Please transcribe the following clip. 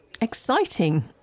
Exciting